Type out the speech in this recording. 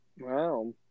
Wow